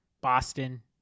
Boston